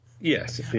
Yes